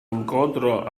incontro